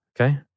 Okay